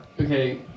Okay